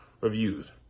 reviews